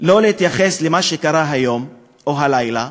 שלא להתייחס למה שקרה היום, או הלילה,